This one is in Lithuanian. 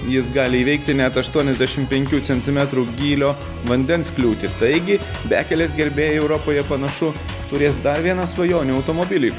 jis gali įveikti net aštuoniasdešim penkių centiletrų gylio vandens kliūtį taigi bekelės gerbėjai europoje panašu turės dar vieną svajonių automobilį